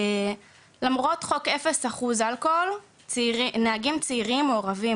למרות חוק 0% אלכוהול, נהגים צעירים מעורבים